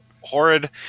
horrid